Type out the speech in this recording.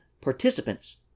participants